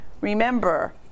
Remember